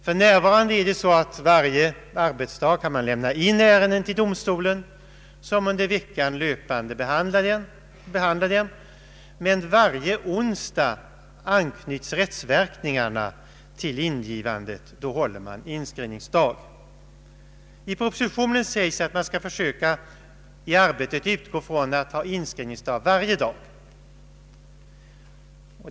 För närvarande kan man varje arbetsdag lämna in ärenden till domstolen som under veckan löpande behandlar dem, men varje onsdag anknyts rättsverkningarna till ingivande; då håller man inskrivningsdag. I propositionen sägs att man i arbetet på den närmare utformningen av inskrivningsreformen skall försöka utgå från att ha inskrivningsdag varje dag.